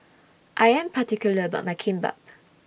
I Am particular about My Kimbap